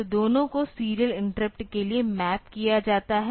तो दोनों को सीरियल इंटरप्ट के लिए मैप किया जाता है